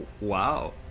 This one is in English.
Wow